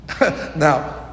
Now